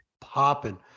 popping